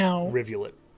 rivulet